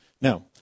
Now